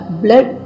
blood